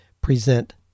present